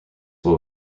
will